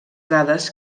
dades